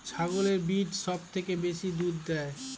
ছাগলের কোন ব্রিড সবথেকে বেশি দুধ দেয়?